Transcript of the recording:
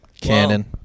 canon